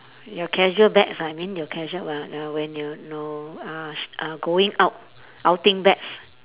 your casual bags I mean your casual uh uh when you know uh sh~ uh going out outing bags